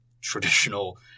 traditional